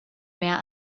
mehr